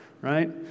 right